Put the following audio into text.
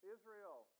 Israel